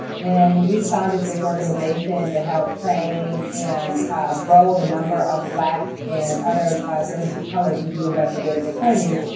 when we founded this organization to help train and grow the number of black and other journalists of color who do investigative reporting,